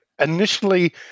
Initially